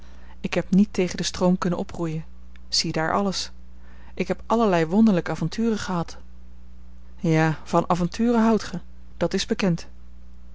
ik heb niet tegen den stroom kunnen oproeien ziedaar alles ik heb allerlei wonderlijke avonturen gehad ja van avonturen houdt gij dat is bekend